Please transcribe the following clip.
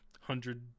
hundred